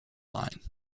line